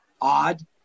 odd